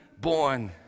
born